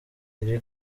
iri